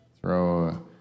throw